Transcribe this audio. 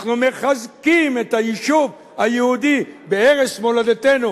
אנחנו מחזקים את היישוב היהודי בערש מולדתנו,